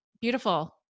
Beautiful